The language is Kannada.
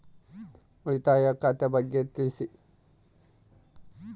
ಉಳಿತಾಯ ಖಾತೆ ಬಗ್ಗೆ ತಿಳಿಸಿ?